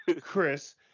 Chris